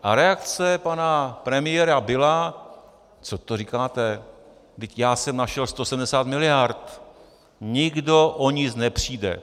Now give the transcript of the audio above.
A reakce pana premiéra byla: co to říkáte, vždyť já jsem našel 170 miliard, nikdo o nic nepřijde.